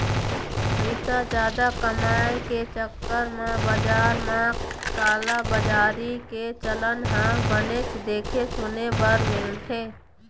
पइसा जादा कमाए के चक्कर म बजार म कालाबजारी के चलन ह बनेच देखे सुने बर मिलथे